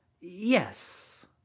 Yes